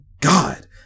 God